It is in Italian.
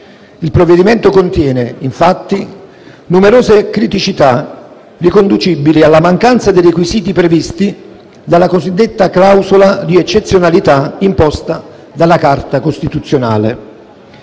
Il provvedimento contiene infatti numerose criticità riconducibili alla mancanza dei requisiti previsti dalla cosiddetta clausola di eccezionalità imposta dalla Carta costituzionale.